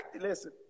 Listen